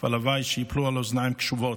והלוואי שתיפול על אוזניים קשובות,